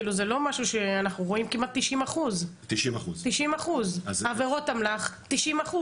כאילו זה לא משהו שאנחנו רואים כמעט 90%. 90%. עבירות אמל"ח 90%,